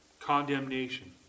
Condemnation